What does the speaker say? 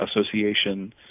Association